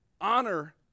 Honor